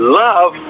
love